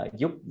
giúp